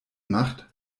macht